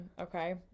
okay